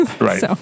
Right